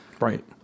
Right